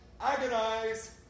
agonize